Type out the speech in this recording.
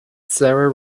sarah